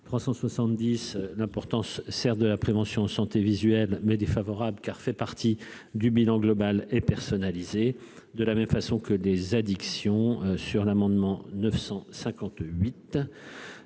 370 l'importance certes de la prévention santé visuelle mais défavorable car fait partie du bilan global et personnalisée de la même façon que des addictions sur l'amendement 958